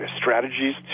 strategies